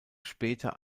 später